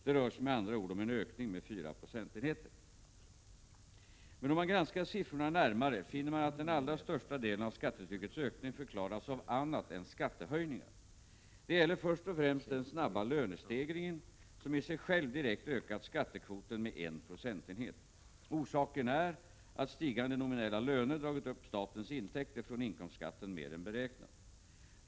Det rör sig med andra ord om en ökning med fyra procentenheter. Men om man granskar siffrorna närmare, finner man att den allra största delen av skattetryckets ökning förklaras av annat än skattehöjningar. Det gäller först och främst den snabba lönestegringen, som i sig själv direkt ökat skattekvoten med en procentenhet. Orsaken är att stigande nominella löner dragit upp statens intäkter från inkomstskatten mer än beräknat.